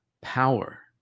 power